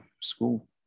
school